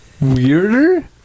Weirder